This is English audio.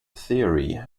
theory